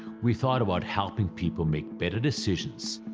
we thought about helping people make better decisions.